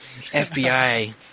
FBI